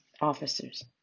officers